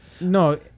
No